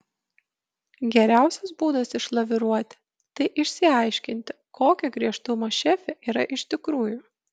geriausias būdas išlaviruoti tai išsiaiškinti kokio griežtumo šefė yra iš tikrųjų